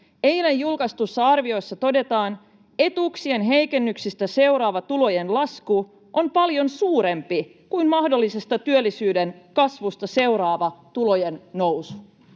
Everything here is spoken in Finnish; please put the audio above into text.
Eilen julkaistussa arviossa todetaan: ”Etuuksien heikennyksistä seuraava tulojen lasku on paljon suurempi kuin mahdollisesta työllisyyden kasvusta [Puhemies